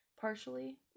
Partially